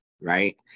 right